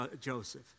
Joseph